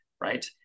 right